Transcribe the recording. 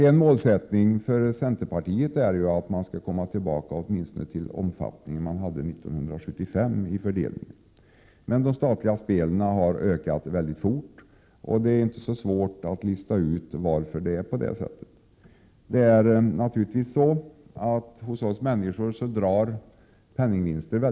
En målsättning för centerpartiet är att folkrörelserna skall få tillbaka den marknadsandel som de hade 1975. Den statliga spelverksamheten har ökat mycket snabbt, och det är inte så svårt att lista ut varför det är på det sättet. Människor lockas mycket starkt av penningvinster.